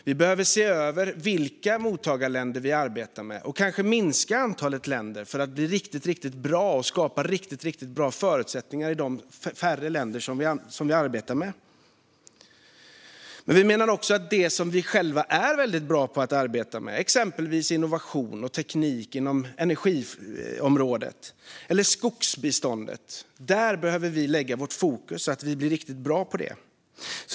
Vi behöver se över vilka mottagarländer vi arbetar med och kanske minska antalet länder för att bli riktigt bra och skapa riktigt bra förutsättningar i de färre länder som vi arbetar med. Vi menar också att vi behöver lägga vårt fokus på det som vi själva är väldigt bra på att arbeta med, exempelvis innovation och teknik inom energiområdet eller skogsbiståndet, så att vi blir riktigt bra på det.